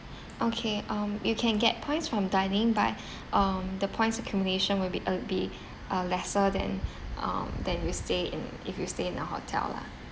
okay um you can get points from dining but um the points accumulation will be al~ be uh lesser than um than if you stay in if you stay in the hotel lah